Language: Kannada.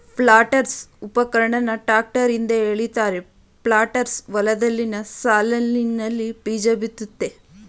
ಪ್ಲಾಂಟರ್ಸ್ಉಪಕರಣನ ಟ್ರಾಕ್ಟರ್ ಹಿಂದೆ ಎಳಿತಾರೆ ಪ್ಲಾಂಟರ್ಸ್ ಹೊಲ್ದಲ್ಲಿ ಸಾಲ್ನಲ್ಲಿ ಬೀಜಬಿತ್ತುತ್ತೆ